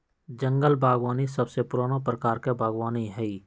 जंगल बागवानी सबसे पुराना प्रकार के बागवानी हई